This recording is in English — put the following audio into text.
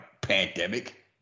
pandemic